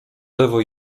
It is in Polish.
lewo